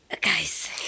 guys